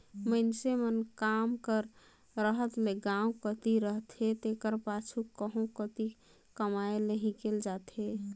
मइनसे मन काम कर रहत ले गाँव कती रहथें तेकर पाछू कहों कती कमाए लें हिंकेल जाथें